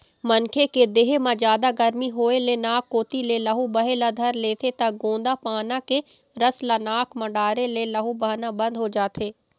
मनखे के देहे म जादा गरमी होए ले नाक कोती ले लहू बहे ल धर लेथे त गोंदा पाना के रस ल नाक म डारे ले लहू बहना बंद हो जाथे